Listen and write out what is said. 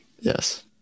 Yes